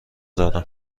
دارم